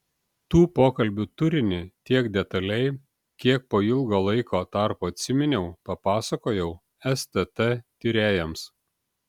tų pokalbių turinį tiek detaliai kiek po ilgo laiko tarpo atsiminiau papasakojau stt tyrėjams